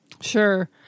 Sure